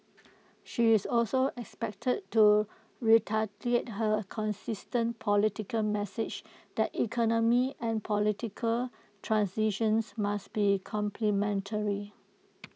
she is also expected to reiterate her consistent political message that economic and political transitions must be complementary